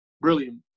brilliant